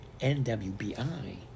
NWBI